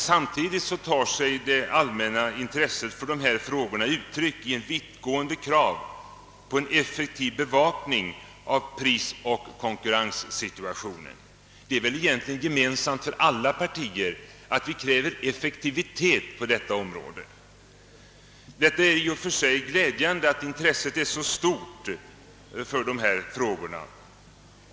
Samtidigt tar sig det allmänna intresset för dessa frågor uttryck i vittgående krav på en effektiv bevakning av prisoch konkurrenssituationen. Att vi kräver effektivitet på detta område är väl gemensamt för alla partier. Det är i och för sig glädjande, att intresset för dessa frågor är så stort.